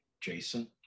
Jason